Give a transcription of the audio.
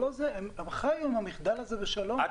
הם חיו עם המחדל הזה בשלום.